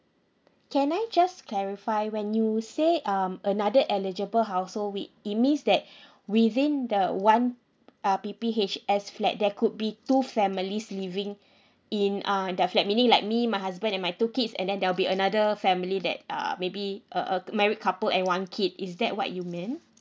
can I just clarify when you say um another eligible household we it means that within the one p~ uh P_P_H_S flat there could be two families living in uh that flat meaning like me my husband and my two kids and then there will be another family that uh uh maybe a a c~ married couple and one kid is that what you meant